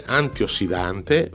antiossidante